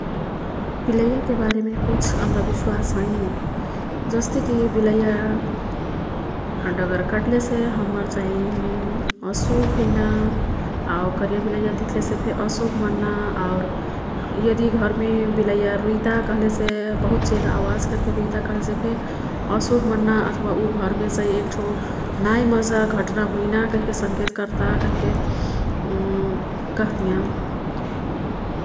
बिलैयाके बारेमे कुछ अन्धविस्वास हैं। जस्तेकी बिलैया डगर कट्लेसे हम्मर चाँहि अशुभ हुइना। आऊ करिया बिलैया दिख्लेसेफे असुभ मन्ना। आउर यदि घरमे बिलैया रुइता कह्लेसे बहुत जेदा अवाज कर्के रुइता कह्लेसेफे अशुभ मन्ना। अथवा ऊ घरमे चाहिँ एक्ठो नाई मजा घट्ना हुइना कहिके सङ्केत कर्ता कहिके कह्तियाँ।